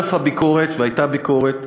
על אף הביקורת, והייתה ביקורת,